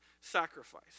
Sacrifice